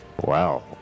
Wow